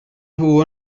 nhw